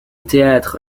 théâtre